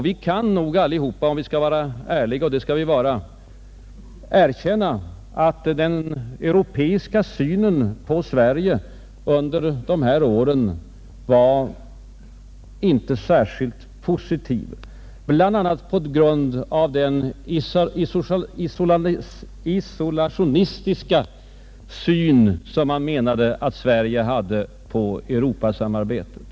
Vi kan nog alla — om vi vill vara ärliga, och det skall vi vara — erkänna att den europeiska synen på Sverige under dessa är inte var särskilt positiv, bl.a. på grund av den isolationistiska syn som man menade att Sverige hade på Europasamarbetet.